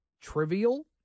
trivial